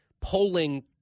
polling